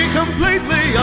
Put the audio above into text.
completely